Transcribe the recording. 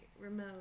Remote